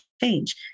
change